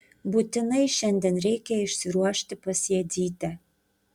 būtinai šiandien reikia išsiruošti pas jadzytę